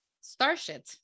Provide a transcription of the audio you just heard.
Starship